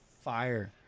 fire